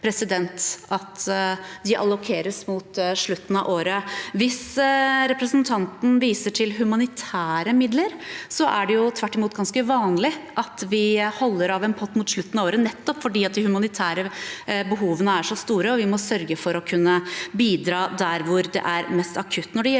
at de allokeres mot slutten av året. Hvis representanten viser til humanitære midler, er det tvert imot ganske vanlig at vi holder av en pott til slutten av året, nettopp fordi de humanitære behovene er så store, og vi må sørge for å kunne bidra der hvor det er mest akutt.